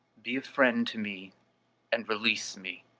be a friend to me and release me!